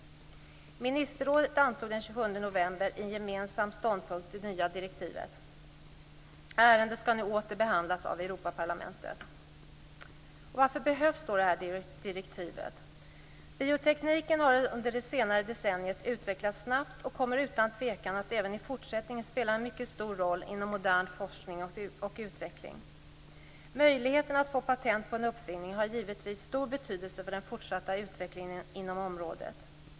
Ministerrådet antog den 27 november i en gemensam ståndpunkt det nya direktivförslaget. Ärendet skall nu åter behandlas av Europaparlamentet. Varför behövs då direktivet? Biotekniken har under det senare decenniet utvecklats snabbt och kommer utan tvivel att även i fortsättningen spela en mycket stor roll inom modern forskning och utveckling. Möjligheterna att få patent på en uppfinning har givetvis stor betydelse för den fortsatta utvecklingen inom området.